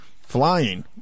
flying